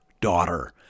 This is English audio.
daughter